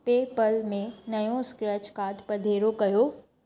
पे पल में नयों स्क्रेच कार्ड पधिरो कयो